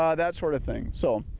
um that sort of thing so.